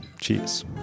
cheers